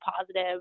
positive